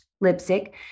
lipstick